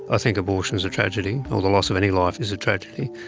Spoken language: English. i think abortion is a tragedy, or the loss of any life is a tragedy.